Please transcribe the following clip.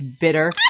bitter